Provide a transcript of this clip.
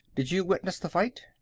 did you witness the fight?